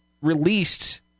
released